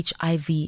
HIV